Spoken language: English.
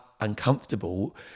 uncomfortable